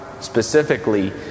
specifically